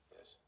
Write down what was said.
Yes